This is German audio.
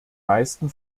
meisten